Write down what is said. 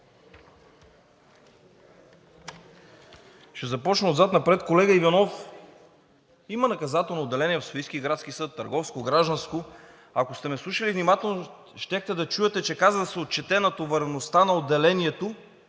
Ще започна отзад напред, колега Иванов. Има наказателно отделение в Софийския градски съд, търговско, гражданско. Ако сте ме слушали внимателно, щяхте да чуете, че казах: да се отчете натовареността на отделението,